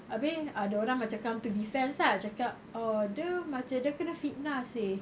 abeh ada orang macam come to defense ah cakap oh dia macam dia kena fitnah seh